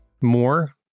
More